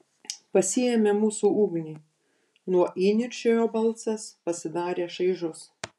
pasiėmė mūsų ugnį nuo įniršio jo balsas pasidarė šaižus